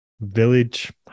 village